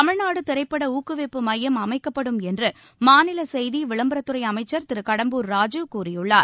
தமிழ்நாடு திரைப்பட ஊக்குவிப்பு மையம் அமைக்கப்படும் என்று மாநில செய்தி விளம்பரத்துறை அமைச்சர் திரு கடம்பூர் ராஜூ கூறியுள்ளார்